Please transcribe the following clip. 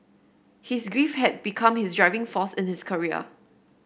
his grief had become his driving force in his career